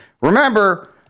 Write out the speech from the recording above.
Remember